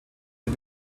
die